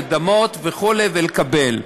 לדמות וכו' ולקבל.